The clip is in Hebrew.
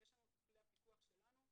יש לנו את כלי הפיקוח שלנו.